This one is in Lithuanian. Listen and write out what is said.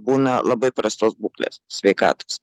būna labai prastos būklės sveikatos